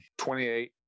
28